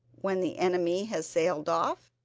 when the enemy has sailed off,